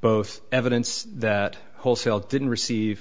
both evidence that wholesale didn't receive